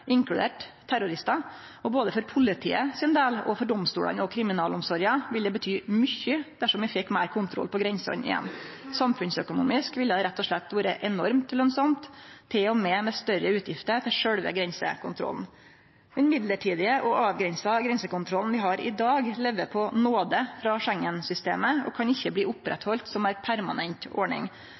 inkludert terroristar. Både for politiet sin del og for domstolane og kriminalomsorga ville det bety mykje dersom vi fekk meir kontroll på grensene igjen. Samfunnsøkonomisk ville det rett og slett vore enormt lønsamt, til og med med større utgifter til sjølve grensekontrollen. Den mellombelse og avgrensa grensekontrollen vi har i dag, lever på nåde frå Schengen-systemet og kan ikkje bli oppretthalden som ei permanent ordning,